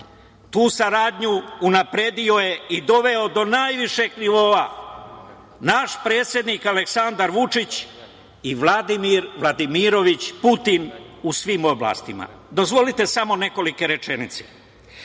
Tu saradnju unapredio je i doveo do najvišeg nivoa naš predsednik Aleksandar Vučić i Vladimir Vladimirović Putin u svim oblastima. Dozvolite samo nekoliko rečenica.